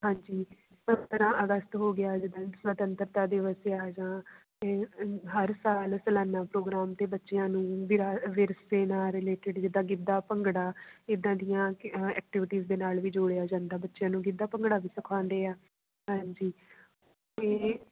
ਹਾਂਜੀ ਜਿਸ ਤਰ੍ਹਾਂ ਅਗਸਤ ਹੋ ਗਿਆ ਜਿੱਦਾਂ ਸਵਤੰਤਰਤਾ ਦਿਵਸ ਏ ਆ ਜਾਂ ਅਤੇ ਹਰ ਸਾਲ ਸਲਾਨਾ ਪ੍ਰੋਗਰਾਮ 'ਤੇ ਬੱਚਿਆਂ ਨੂੰ ਵਿਰਸੇ ਵਿਰਸੇ ਨਾਲ ਰਿਲੇਟਿਡ ਜਿੱਦਾਂ ਗਿੱਦਾ ਭੰਗੜਾ ਇੱਦਾਂ ਦੀਆਂ ਐਕਟੀਵਿਟੀਜ਼ ਦੇ ਨਾਲ ਵੀ ਜੋੜਿਆ ਜਾਂਦਾ ਬੱਚਿਆਂ ਨੂੰ ਗਿੱਧਾ ਭੰਗੜਾ ਵੀ ਸਿਖਾਉਂਦੇ ਆ ਹਾਂਜੀ ਅਤੇ